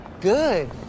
Good